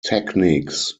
techniques